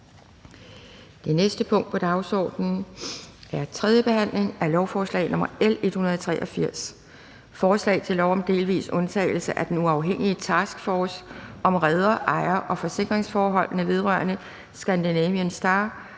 3. behandling af lovforslag nr. L 183: Forslag til lov om delvis undtagelse af den uafhængige taskforce om reder-, ejer- og forsikringsforholdene vedrørende »Scandinavian Star«